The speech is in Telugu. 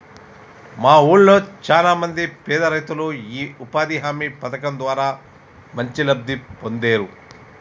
మా వూళ్ళో చానా మంది పేదరైతులు యీ ఉపాధి హామీ పథకం ద్వారా మంచి లబ్ధి పొందేరు